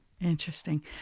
Interesting